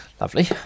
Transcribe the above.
Lovely